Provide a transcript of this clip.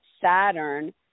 Saturn